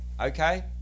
okay